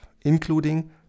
including